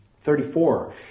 Thirty-four